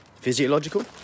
physiological